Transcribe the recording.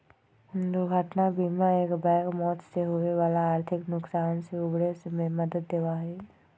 दुर्घटना बीमा एकबैग मौत से होवे वाला आर्थिक नुकसान से उबरे में मदद देवा हई